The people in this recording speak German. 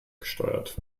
gesteuert